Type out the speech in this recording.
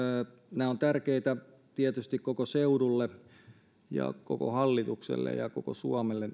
nämä ovat tärkeitä tietysti koko seudulle ja koko hallitukselle ja ja koko suomelle